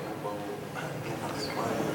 אדוני היושב-ראש,